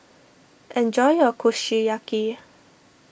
enjoy your Kushiyaki